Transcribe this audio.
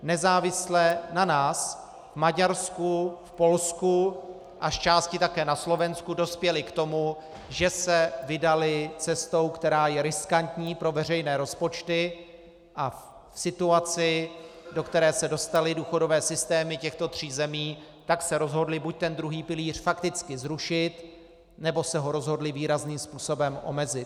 Nezávisle na nás v Maďarsku, v Polsku a zčásti také na Slovensku dospěli k tomu, že se vydali cestou, která je riskantní pro veřejné rozpočty, a v situaci, do které se dostaly důchodové systémy těchto tří zemí, se rozhodli buď ten druhý pilíř fakticky zrušit, nebo se ho rozhodli výrazným způsobem omezit.